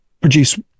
produce